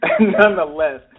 nonetheless